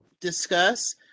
discuss